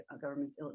government's